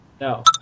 no